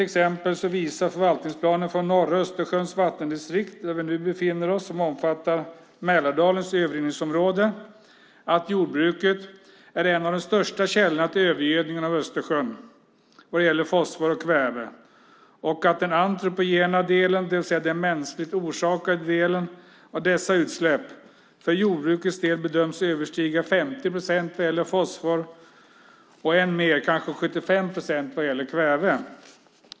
Av förvaltningsplanen för norra Östersjöns vattendistrikt, där vi nu befinner oss och som i princip omfattar Mälardalens avrinningsområde, framgår bland annat att jordbruket är en av de största källorna till övergödningen av Östersjön vad gäller fosfor och kväve och att den antropogena delen, det vill säga den mänskligt orsakade delen av dessa utsläpp, för jordbrukets del bedöms överstiga 50 procent vad gäller fosfor och än mer, kanske 75 procent, vad gäller kväve.